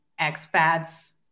expats